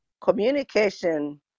Communication